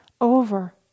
over